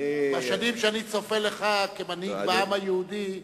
בשנים שאני צופה לך כמנהיג בעם היהודי,